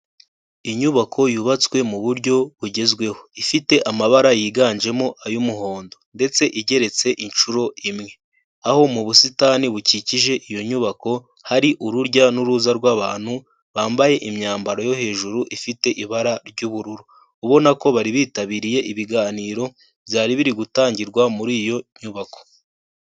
Inyubako yubatswe mu buryo bugezweho ifite amabara yiganjemo ay'umuhondo, ndetse igeretse inshuro imwe. Aho mu busitani bukikije iyo nyubako hari urujya n'uruza rw'abantu bambaye imyambaro yo hejuru ifite ibara ry'ubururu. Ubona ko baribitabiriye ibiganiro byari birigutangirwa muri iyo nyubako.